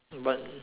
but